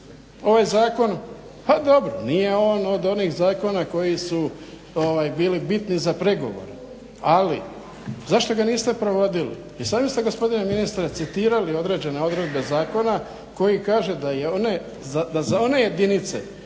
ovaj zakon pa dobro nije on od onih zakona koji su bili bitni za pregovore ali zašto ga niste provodili. I sami ste gospodine ministre citirali određene odredbe zakona koji kaže da za one jedinice